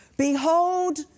Behold